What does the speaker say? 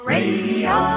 Radio